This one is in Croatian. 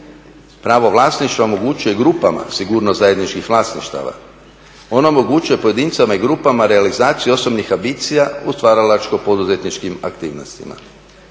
Pravo vlasništva omogućuje grupama sigurnost zajedničkih vlasništava. Ono omogućuje pojedincima i grupama realizaciju osobnih ambicija u stvaralačko-poduzetničkim aktivnostima.